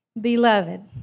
beloved